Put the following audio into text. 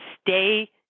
stay